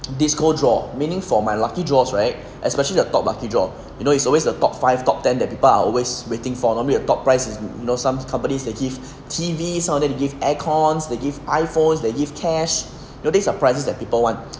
disco draw meaning for my lucky draws right especially the top lucky draw you know it's always the top five top ten that people are always waiting for normally the top prizes is you know some companies they give T_V some of them give aircons they give iphones they give cash you know these are the prizes that people want